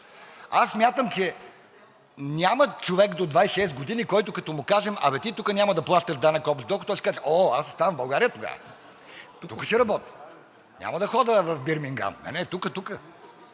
Смятам, че няма човек до 26 години, на който, като му кажем: „А бе ти тука няма да плащаш данък общ доход!“, той ще каже: „О, аз оставам в България тогава. Тук ще работя, няма да ходя в Бирмингам. Не, не, тука, тука,